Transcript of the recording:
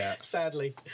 sadly